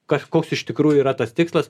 kas koks iš tikrųjų yra tas tikslas